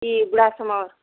କି ସମର୍